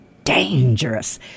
dangerous